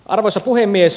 arvoisa puhemies